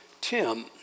Tim